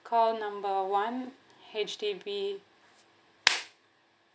call number one H_D_B